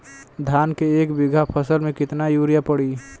धान के एक बिघा फसल मे कितना यूरिया पड़ी?